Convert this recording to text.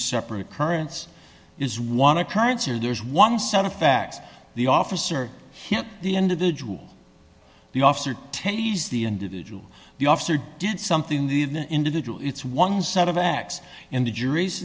separate currents is one occurrence or there's one set of facts the officer the individual the officer teddies the individual the officer did something the individual it's one set of acts and the jury's